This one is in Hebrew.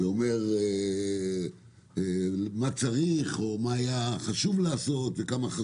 ואומר מה צריך או מה חשוב לעשות וכמה.